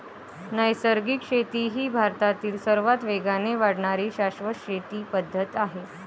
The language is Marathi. नैसर्गिक शेती ही भारतातील सर्वात वेगाने वाढणारी शाश्वत शेती पद्धत आहे